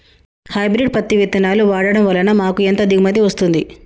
Hybrid పత్తి విత్తనాలు వాడడం వలన మాకు ఎంత దిగుమతి వస్తుంది?